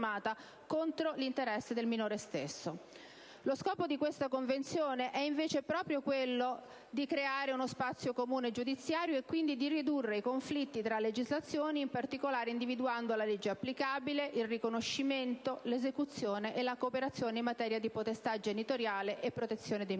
Lo scopo di questa Convenzione è invece proprio quello di creare uno spazio comune giudiziario e quindi di ridurre i conflitti tra legislazioni, in particolare individuando la legge applicabile, il riconoscimento, 1'esecuzione e la cooperazione in materia di potestà genitoriale e protezione dei minori.